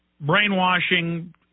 brainwashing